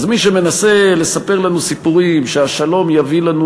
אז מי שמנסה לספר לנו סיפורים שהשלום יביא לנו,